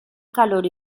calor